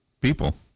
people